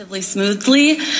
smoothly